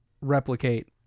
replicate